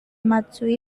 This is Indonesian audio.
matsui